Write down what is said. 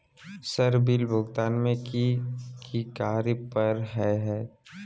Sir bill भुगतान में की की कार्य पर हहै?